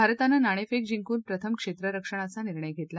भारतानं नाणफेक जिंकून प्रथम क्षेत्ररक्षणाचा निर्णय घेतला